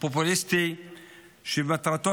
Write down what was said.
פופוליסטי שמטרתו